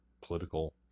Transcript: political